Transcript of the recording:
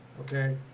okay